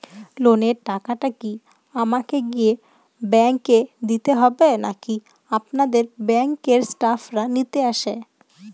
লোনের টাকাটি কি আমাকে গিয়ে ব্যাংক এ দিতে হবে নাকি আপনাদের ব্যাংক এর স্টাফরা নিতে আসে?